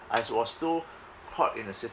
I was still caught in the